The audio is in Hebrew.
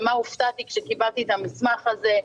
ומה הופתעתי כשקיבלתי את המסמך הזה.